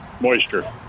moisture